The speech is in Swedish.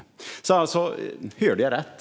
Alltså: Hörde jag rätt?